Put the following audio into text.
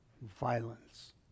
Violence